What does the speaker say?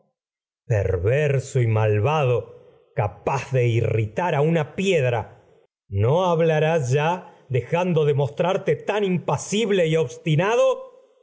nada sabrás malvado capaz de edipo no perverso y irritar a una piedra no hablarás ya y dejando de mostrarte tan mi impasible obstinado